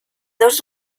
dos